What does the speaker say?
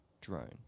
drone